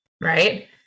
Right